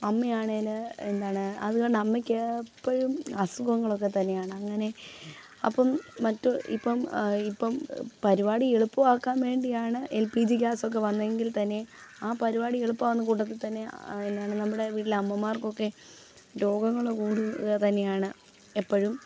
അമ്മയാണെങ്കിൽ എന്താണ് അതുകൊണ്ട് അമ്മയ്ക്ക് എപ്പഴും അസുഖങ്ങളൊക്കെ തന്നെയാണ് അങ്ങനെ അപ്പം മറ്റ് ഇപ്പം ഇപ്പം പരിപാടി എളുപ്പമാക്കാൻ വേണ്ടിയാണ് എൽ പി ജി ഗ്യാസ് ഒക്കെ വന്നത് എങ്കിൽ തന്നെയും ആ പരിപാടി എളുപ്പമാവുന്ന കൂട്ടത്തിൽ തന്നെ എന്നാണ് നമ്മുടെ വീട്ടിലെ അമ്മമാർക്കൊക്കെ രോഗങ്ങൾ കൂടുക തന്നെയാണ് എപ്പോഴും